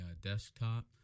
desktop